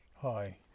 hi